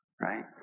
right